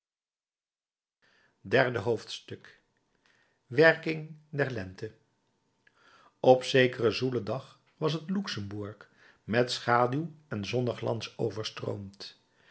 derde hoofdstuk werking der lente op zekeren zoelen dag was het luxemburg met schaduw en zonneglans overstroomd